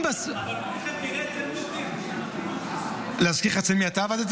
אם --- אבל כולכם --- להזכיר לך אצל מי אתה עבדת?